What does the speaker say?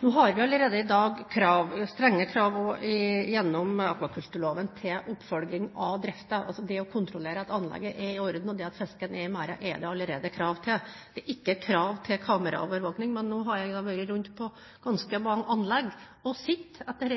Nå har vi allerede i dag strenge krav gjennom akvakulturloven til oppfølging av driften. Altså: Det å kontrollere at anlegget er i orden, og at fisken er i merdene, er det allerede krav til. Det er ikke krav til kameraovervåking. Nå har jeg vært rundt på ganske mange anlegg og sett at det